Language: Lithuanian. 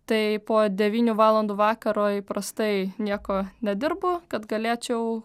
tai po devynių valandų vakaro įprastai nieko nedirbu kad galėčiau